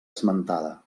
esmentada